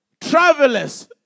travelers